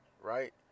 right